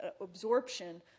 absorption